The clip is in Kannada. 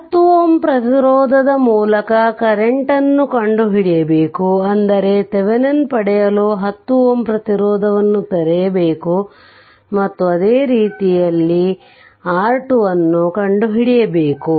10 Ω ಪ್ರತಿರೋಧದ ಮೂಲಕ ಕರೆಂಟ್ ಅನ್ನು ಕಂಡುಹಿಡಿಯಬೇಕು ಅಂದರೆ ವಿಥೆವೆನಿನ್ ಪಡೆಯಲು 10 Ω ಪ್ರತಿರೋಧವನ್ನು ತೆರೆಯಬೇಕು ಮತ್ತು ಅದೇ ರೀತಿ ಅಲ್ಲಿ R2 ಅನ್ನು ಕಂಡುಹಿಡಿಯಬೇಕು